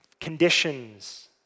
Conditions